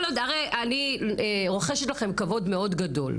אני רוכשת לכם כבוד גדול,